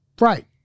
right